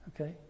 Okay